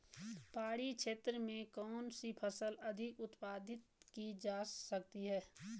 पहाड़ी क्षेत्र में कौन सी फसल अधिक उत्पादित की जा सकती है?